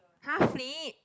!huh! flip